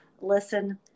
listen